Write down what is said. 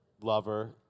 lover